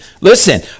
Listen